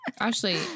ashley